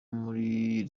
muri